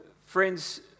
Friends